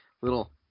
little